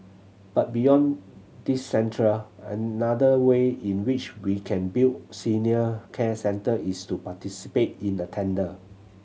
but beyond these centre another way in which we can build senior care centre is to participate in the tender